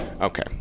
okay